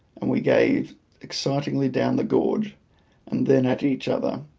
and we gazed excitedly down the gorge and then at each other,